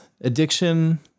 addiction